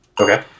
Okay